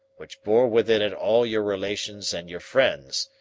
which bore within it all your relations and your friends,